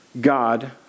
God